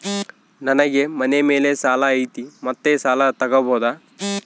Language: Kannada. ನನಗೆ ಮನೆ ಮೇಲೆ ಸಾಲ ಐತಿ ಮತ್ತೆ ಸಾಲ ತಗಬೋದ?